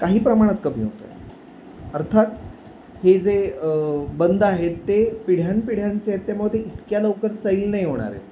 काही प्रमाणात कमी होतो आहे अर्थात हे जे बंध आहेत ते पिढ्यानपिढ्यांचे आहेत त्यामुळे ते इतक्या लवकर सैल नाही होणार आहेत